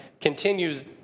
continues